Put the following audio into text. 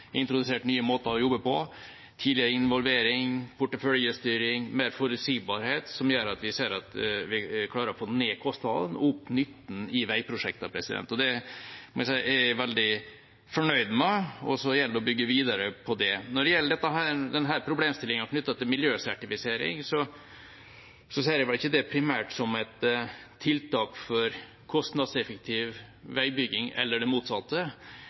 introdusert nye måter å jobbe på – tidlig involvering, porteføljestyring, mer forutsigbarhet – som gjør at vi klarer å få ned kostnadene og opp nytten i veiprosjektene. Det er jeg veldig fornøyd med, og så gjelder det å bygge videre på det. Når det gjelder problemstillingen knyttet til miljøsertifisering, ser jeg det ikke primært som et tiltak for kostnadseffektiv veibygging eller det motsatte.